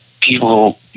people